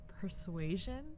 persuasion